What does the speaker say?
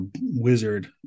wizard